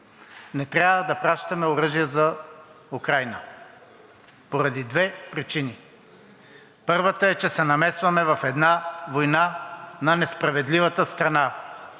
Не трябва да пращаме оръжия за Украйна поради две причини. Първата е, че се намесваме в една война на несправедливата страна.